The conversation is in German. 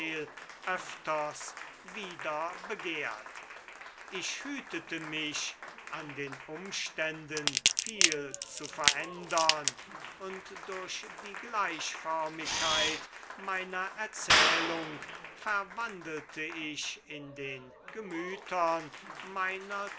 öfters wieder begehrt ich hütete mich an den umständen viel zu verändern und durch die gleichförmigkeit meiner erzählung verwandelte ich in den gemütern meiner